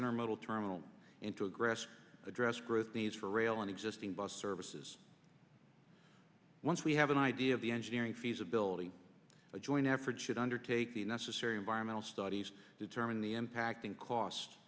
in our model terminal and to aggress address growth needs for rail and existing bus services once we have an idea of the engineering feasibility a joint effort should undertake the necessary environmental studies to determine the impact in cost